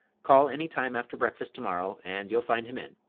call any time after breakfast to-morrow, and you'll find him in.